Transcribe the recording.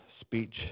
speech